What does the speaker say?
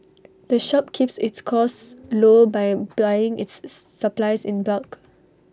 the shop keeps its costs low by buying its supplies in bulk